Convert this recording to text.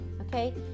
okay